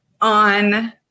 on